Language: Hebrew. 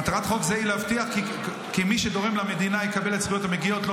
מטרת חוק זה היא להבטיח כי מי שתורם למדינה יקבל את הזכויות המגיעות לו.